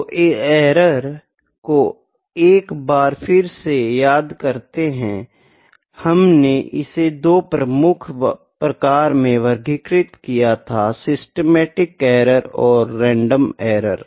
तो एरर को एक बार फिर से याद करते है हमने इसे 2 प्रमुख प्रकार में वर्गीकृत किया था सिस्टेमेटिक एरर और रैंडम एरर